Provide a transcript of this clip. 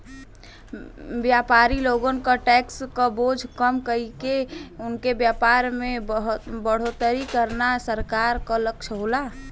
व्यापारी लोगन क टैक्स क बोझ कम कइके उनके व्यापार में बढ़ोतरी करना सरकार क लक्ष्य होला